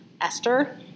Esther